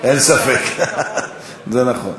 אין ספק, זה נכון.